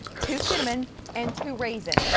two cinnamon and two raisin.